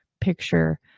picture